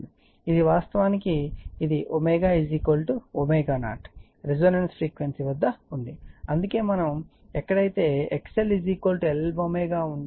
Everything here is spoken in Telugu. ఇది వాస్తవానికి ఇది ω ω0 రెసోనన్స్ ఫ్రీక్వెన్సీ వద్ద ఉంది అందుకే మనం ఎక్కడ అయితే XL L ω ఉంటే Lω0 అని మరియు XC 1 ωC ఉంటే 1 ω0c అని రాశాము